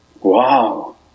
wow